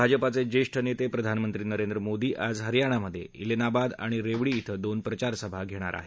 भाजपाचे ज्येष्ठ नेते प्रधानमंत्री नरेंद्र मोदी आज हरयाणामधे क्रैनाबाद आणि रेवडी क्रें दोन प्रचारसभा घेणार आहेत